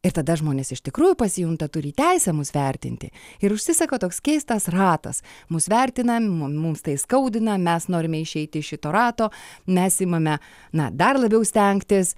ir tada žmonės iš tikrųjų pasijunta turį teisę mus vertinti ir užsisuka toks keistas ratas mus vertina mums tai skaudina mes norime išeiti iš šito rato mes imame na dar labiau stengtis